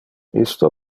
isto